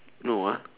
no ah